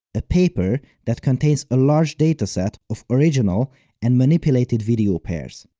a paper that contains a large dataset of original and manipulated video pairs.